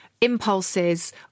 impulses